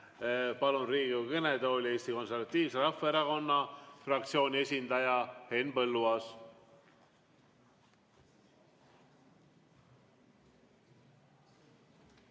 Palun Riigikogu kõnetooli Eesti Konservatiivse Rahvaerakonna fraktsiooni esindaja Henn Põlluaasa.